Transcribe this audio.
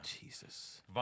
Jesus